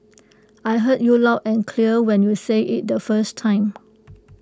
I heard you loud and clear when you said IT the first time